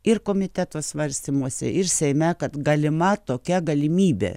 ir komiteto svarstymuose ir seime kad galima tokia galimybė